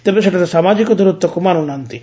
ତେବେ ସେଠାରେ ସାମାଜିକ ଦୂରତ୍ୱ କୁ ମାନୁନାହାନ୍ତି